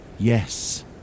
Yes